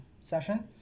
session